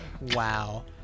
Wow